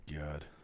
God